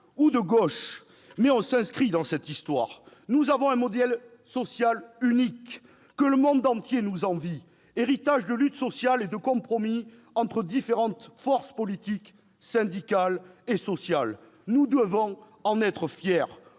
ou de gauche, mais on s'inscrit dans cette histoire. Nous avons un modèle social unique, que le monde entier nous envie, héritage de luttes sociales et de compromis entre différentes forces politiques, syndicales et sociales. Nous devons en être fiers